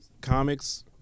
comics